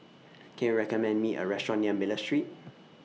Can YOU recommend Me A Restaurant near Miller Street